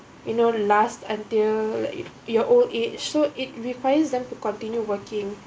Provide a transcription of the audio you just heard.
you know last until like your old age so it requires them to continue working